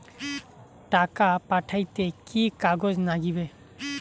টাকা পাঠাইতে কি কাগজ নাগীবে?